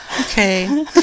okay